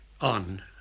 on